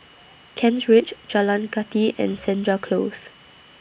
Kent Ridge Jalan Kathi and Senja Close